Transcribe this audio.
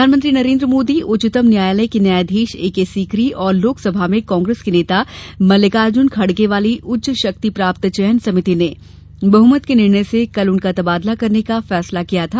प्रधानमंत्री नरेन्द्र मोदी उच्चतम न्यायालय के न्यायाधीश ए के सीकरी और लोकसभा में कांग्रेस के नेता मल्लिकार्जून खड़गे वाली उच्च शक्ति प्राप्त चयन समिति ने बहुमत के निर्णय से कल उनका तबादला करने का फैसला लिया था